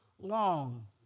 long